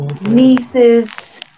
nieces